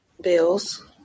bills